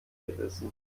gerissen